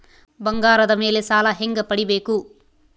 ಬಂಗಾರದ ಮೇಲೆ ಸಾಲ ಹೆಂಗ ಪಡಿಬೇಕು?